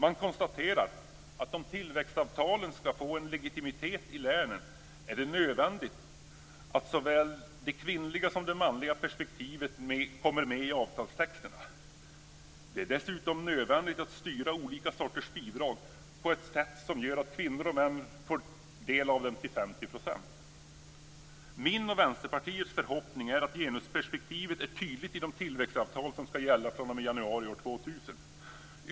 Man konstaterar att om tillväxtavtalen skall få en legitimitet i länen är det nödvändigt att såväl det kvinnliga som det manliga perspektivet kommer med i avtalstexterna. Det är dessutom nödvändigt att styra olika sorters bidrag på ett sätt som gör att kvinnor och män får del av dem till 50 %. Min och Vänsterpartiets förhoppning är att genusperspektivet är tydligt i de tillväxtavtal som skall gälla från januari 2000.